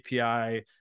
API